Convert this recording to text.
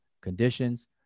conditions